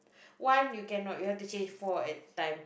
one you cannot you have to change four at a time